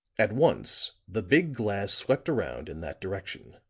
at once the big glass swept around in that direction.